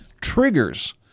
triggers